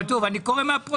כתוב, אני קורא מהפרוטוקול.